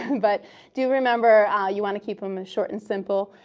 but do remember ah you want to keep them ah short and simple.